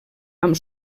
amb